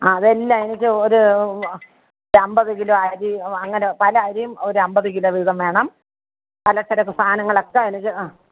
ആ അതെല്ലാം എനിക്ക് ഒരു ഒരു അമ്പത് കിലോ അരി അങ്ങനെ പല അരിയും ഒരു അമ്പത് കിലോ വീതം വേണം പലചരക്ക് സാധനങ്ങളൊക്കെ എനിക്ക് അ